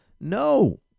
No